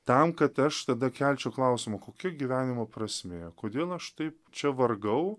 tam kad aš tada kelčiau klausimą kokia gyvenimo prasmė kodėl aš taip čia vargau